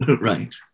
Right